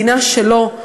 מדינה שלו,